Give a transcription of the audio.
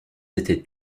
étaient